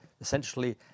essentially